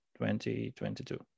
2022